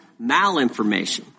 malinformation